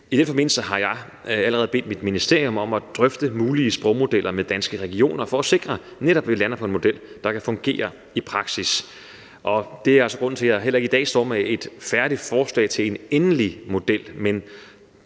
I den forbindelse har jeg allerede bedt mit ministerium om at drøfte mulige sprogmodeller med Danske Regioner for netop at sikre, at vi lander på en model, der kan fungere i praksis. Det er altså grunden til, at jeg heller ikke i dag står med et færdigt forslag til en endelig model. Men